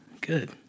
good